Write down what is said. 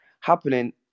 happening